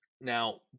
Now